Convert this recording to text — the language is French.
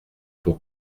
pour